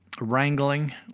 wrangling